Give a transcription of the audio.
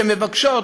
שמבקשות,